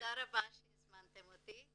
תודה רבה שהזמנתם אותי.